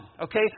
okay